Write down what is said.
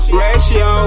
ratio